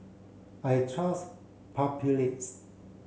I trust Papulex